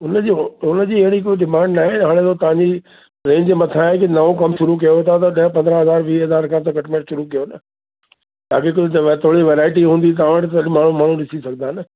उनजी उनजी अहिड़ी कोई डिमान्ड न आहे हाणे त तव्हांजी पंहिंजे मथां आहे के नओं कमु शुरू कयूं था त ॾह पंद्रहं हज़ार वीह हज़ार खां त घट में घटि शूरू कियो न तव्हांखे कुझु व थोरी वैराएटी हूंदी तव्हां वटि त माण्हूं माण्हूं ॾिसी सघंदा न